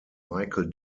michael